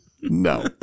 No